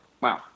wow